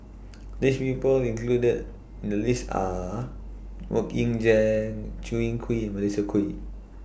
The People included The list Are Mok Ying Jang Chew Yee Kee and Melissa Kwee